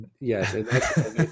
yes